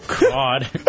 God